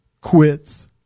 quits